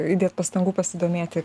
įdėt pastangų pasidomėti